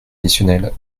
additionnel